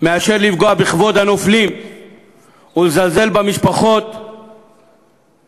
מאשר לפגוע בכבוד הנופלים ולזלזל במשפחות שיקיריהן